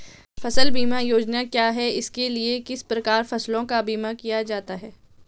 फ़सल बीमा योजना क्या है इसके लिए किस प्रकार फसलों का बीमा किया जाता है?